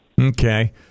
Okay